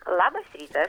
labas rytas